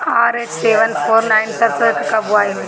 RH seven four nine सरसो के कब बुआई होई?